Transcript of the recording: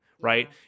right